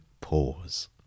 pause